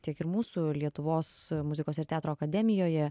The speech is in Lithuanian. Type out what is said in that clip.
tiek ir mūsų lietuvos muzikos ir teatro akademijoje